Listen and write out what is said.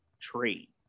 trade